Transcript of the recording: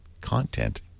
content